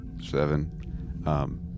seven